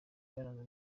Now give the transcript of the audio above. byaranzwe